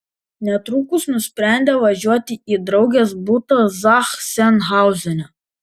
netrukus nusprendė važiuoti į draugės butą zachsenhauzene